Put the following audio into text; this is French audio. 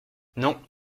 non